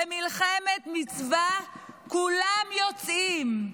במלחמת מצווה כולם יוצאים.